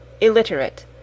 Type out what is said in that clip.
ILLITERATE